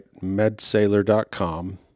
medsailor.com